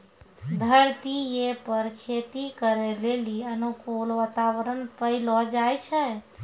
धरतीये पर खेती करै लेली अनुकूल वातावरण पैलो जाय छै